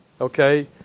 okay